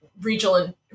regional